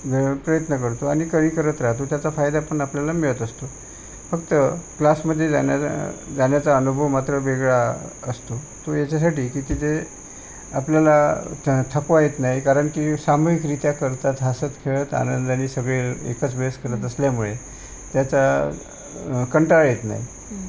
प्रयत्न करतो आणि घरी करत राहतो त्याचा फायदा पण आपल्याला मिळत असतो फक्त क्लासमध्ये जाणाऱ्या जाण्याचा अनुभव मात्र वेगळा असतो तो याच्यासाठी की तिथे आपल्याला थकवा येत नाही कारण की सामूहिकरित्या करतात हसत खेळत आनंदानी सगळे एकाच वेळेस करत असल्यामुळे त्याचा कंटाळा येत नाही